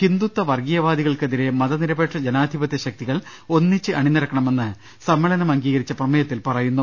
ഹിന്ദുത്വ വർഗീയവാദി കൾക്കെതിരെ മതനിരപേക്ഷ ജനാധിപത്യശക്തികൾ ഒന്നിച്ച് അണിനിര ക്കണമെന്ന് സമ്മേളനം അംഗീകരിച്ച പ്രമേയത്തിൽ പറയുന്നു